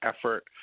effort